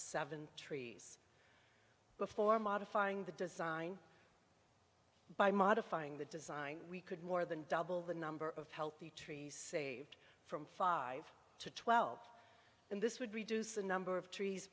seven trees before modifying the design by modifying the design we could more than double the number of healthy trees saved from five to twelve and this would reduce the number of trees